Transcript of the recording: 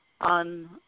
on